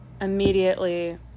immediately